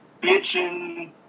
bitching